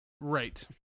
Right